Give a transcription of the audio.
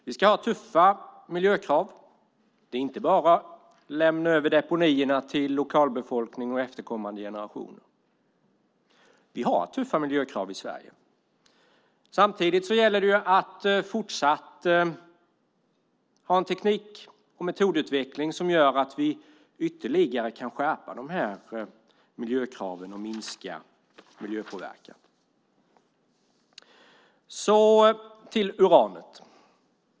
Vi ska ha tuffa miljökrav, inte bara lämna över deponierna till lokalbefolkning och efterkommande generationer. Vi har tuffa miljökrav i Sverige. Samtidigt gäller det att fortsatt ha en teknik och metodutveckling som gör att vi ytterligare kan skärpa miljökraven och minska miljöpåverkan. Så till uranet.